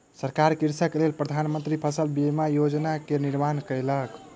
सरकार कृषकक लेल प्रधान मंत्री फसल बीमा योजना के निर्माण कयलक